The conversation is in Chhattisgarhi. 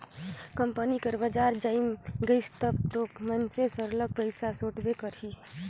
कंपनी कर बजार जइम गइस तब दो मइनसे सरलग पइसा सोंटबे करही